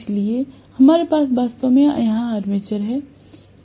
इसलिए हमारे पास वास्तव में यहाँ आर्मेचर है